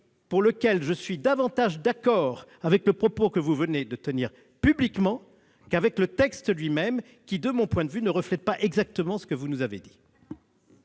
pour lequel je suis davantage d'accord avec le propos que vous venez de tenir publiquement qu'avec le texte même de l'amendement. De mon point de vue, celui-ci ne reflète pas exactement ce que vous nous avez dit.